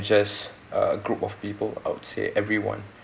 just a group of people I would say everyone